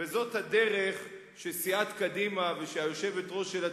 וזאת הדרך שסיעת קדימה והיושבת-ראש שלה